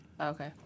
Okay